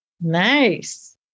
Nice